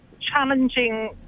challenging